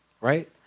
right